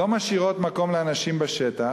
לא משאירות מקום לאנשים בשטח,